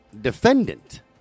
defendant